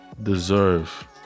deserve